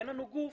ואין לנו גוף